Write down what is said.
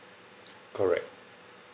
correct